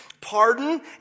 pardon